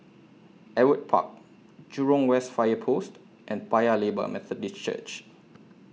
Ewart Park Jurong West Fire Post and Paya Lebar Methodist Church